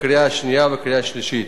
לקריאה השנייה ולקריאה השלישית.